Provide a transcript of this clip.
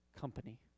company